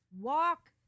walk